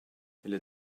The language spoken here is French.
les